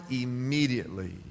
immediately